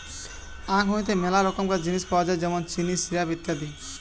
আখ হইতে মেলা রকমকার জিনিস পাওয় যায় যেমন চিনি, সিরাপ, ইত্যাদি